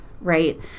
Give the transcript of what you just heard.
right